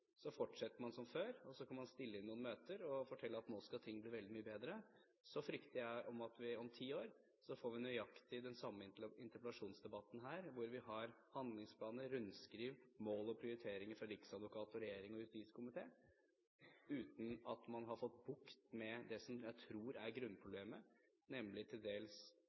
og så fortsette som før, holde noen møter og fortelle at nå skal ting bli veldig mye bedre, så frykter jeg at vi om ti år får nøyaktig den samme interpellasjonsdebatten her, hvor vi har handlingsplaner, rundskriv, mål og prioriteringer fra riksadvokat, regjering og justiskomité, uten at man har fått bukt med det som jeg tror er grunnproblemet, nemlig til dels